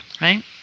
right